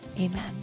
Amen